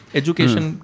education